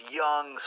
young